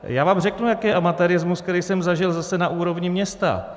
Já vám řeknu, jaký amatérismus, který jsem zažil zase na úrovni města.